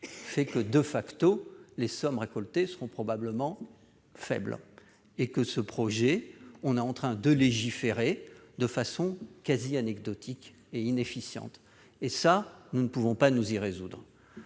pas sur ce point -, les sommes récoltées seront probablement faibles. Nous sommes donc en train de légiférer de façon quasi anecdotique et inefficiente ; nous ne pouvons pas nous y résoudre.